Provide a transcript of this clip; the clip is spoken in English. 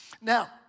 Now